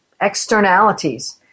externalities